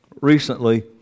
recently